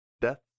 death